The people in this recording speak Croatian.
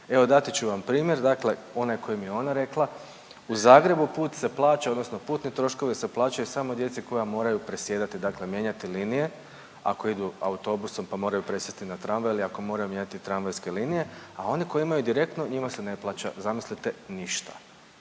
Evo dati ću vam primjer, dakle onaj koji mi je ona rekla, u Zagrebu put se plaća odnosno putni troškovi se plaćaju samo djeci koja moraju presjedati, dakle mijenjati linije, ako idu autobusom, pa moraju presjesti na tramvaj ili ako moraju mijenjati tramvajske lijene, a oni koji imaju direktno njima se ne plaća, zamislite ništa.